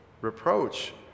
reproach